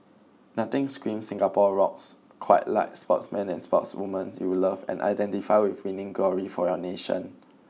nothing screams Singapore rocks quite like sportsmen and sportswomen you love and identify with winning glory for your nation